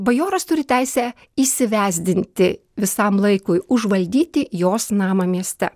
bajoras turi teisę įsivezdinti visam laikui užvaldyti jos namą mieste